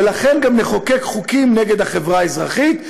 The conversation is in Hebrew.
ולכן גם נחוקק חוקים נגד החברה האזרחית,